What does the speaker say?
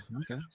okay